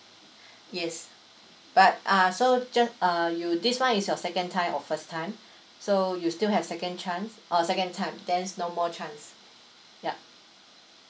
yes but uh so just uh you this [one] is your second time or first time so you still have a second chance orh second time then there's no more chance yup